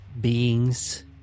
beings